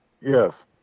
Yes